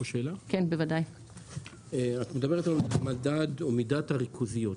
את מדברת על מדד או מידת הריכוזיות.